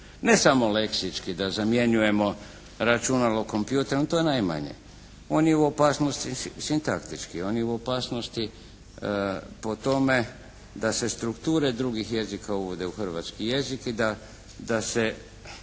Ne samo leksički da zamjenjujemo računalo kompjuterom, to je najmanje. On je u opasnosti sintaktički, on je u opasnosti po tome da se strukture drugih jezika uvode u hrvatski jezik i da se